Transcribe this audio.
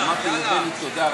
אמרתי לבני תודה.